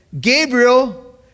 Gabriel